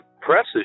presses